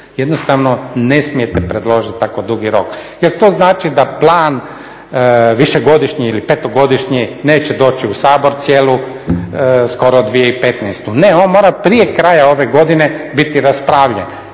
Jednostavno ne smijete predložit tako dugi rok jer to znači da plan višegodišnji ili petogodišnji neće doći u Sabor cijelu skoro 2015. Ne, on mora prije kraja ove godine biti raspravljen.